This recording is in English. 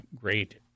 great